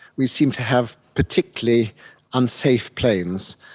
we seemed to have particularly unsafe planes.